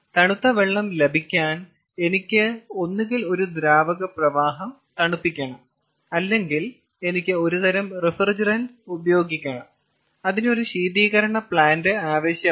തണുത്ത വെള്ളം ലഭിക്കാൻ എനിക്ക് ഒന്നുകിൽ ഒരു ദ്രാവക പ്രവാഹം തണുപ്പിക്കണം അല്ലെങ്കിൽ എനിക്ക് ഒരുതരം റഫ്രിജറന്റ് ഉപയോഗിക്കണം അതിന് ഒരു ശീതീകരണ പ്ലാന്റ് ആവശ്യമാണ്